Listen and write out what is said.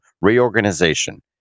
reorganization